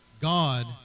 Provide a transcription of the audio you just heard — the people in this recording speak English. God